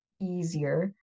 easier